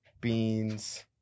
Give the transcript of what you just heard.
Beans